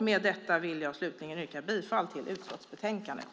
Med detta yrkar jag bifall till utskottets förslag i betänkandet.